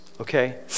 okay